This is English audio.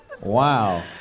Wow